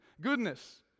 Goodness